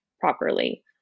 properly